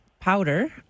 Powder